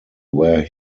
where